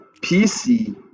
pc